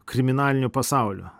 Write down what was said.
kriminaliniu pasauliu